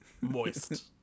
moist